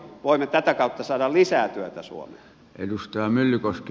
voimme tätä kautta saada lisää työtä suomeen